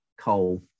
coal